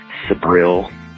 Sabril